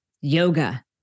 Yoga